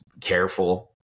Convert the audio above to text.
careful